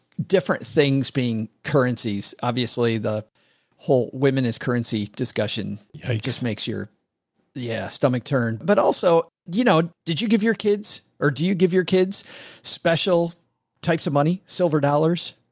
different things being currencies, obviously the whole women is currency discussion. it just makes your yeah stomach turn. but also, you know, did you give your kids or do you give your kids special types of money? silver dollars?